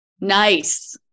Nice